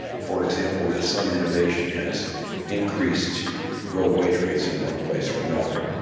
for example, that some innovation has increased real wage rates in one place or another.